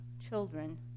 children